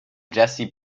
jessie